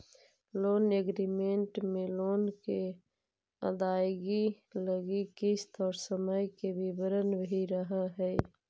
loan agreement में loan के अदायगी लगी किस्त और समय के विवरण भी रहऽ हई